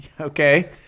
Okay